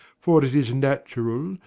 for it is natural,